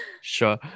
sure